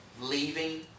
Leaving